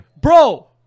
bro